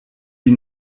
die